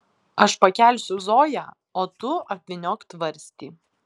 aš pakelsiu zoją o tu apvyniok tvarstį